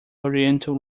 oriental